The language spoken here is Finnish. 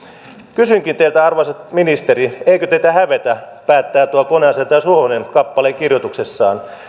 kysynkin teiltä arvoisa ministeri eikö teitä hävetä näin päättää tuo koneasentaja suhonen kappaleen kirjoituksessaan